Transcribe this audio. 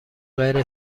غیر